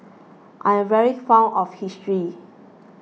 I'm very fond of history